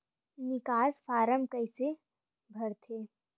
निकास फारम कइसे भरथे?